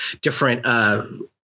different